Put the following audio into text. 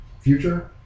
future